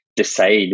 decide